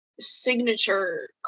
signature